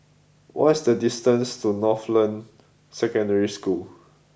what is the distance to Northland Secondary School